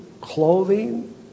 clothing